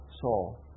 Saul